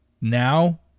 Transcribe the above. now